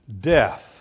death